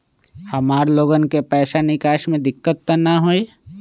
हमार लोगन के पैसा निकास में दिक्कत त न होई?